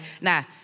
Now